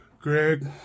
Greg